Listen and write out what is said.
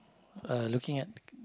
uh looking at